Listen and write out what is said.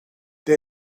der